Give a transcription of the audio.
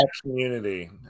community